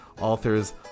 authors